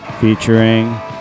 Featuring